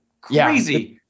Crazy